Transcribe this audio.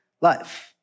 life